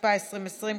התשפ"א2020 ,